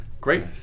Great